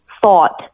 thought